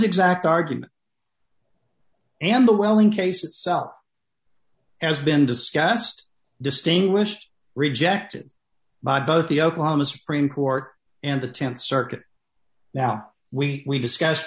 exact argument and the welling case itself has been discussed distinguished rejected by both the oklahoma supreme court and the th circuit now we discuss